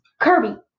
Kirby